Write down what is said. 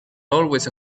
always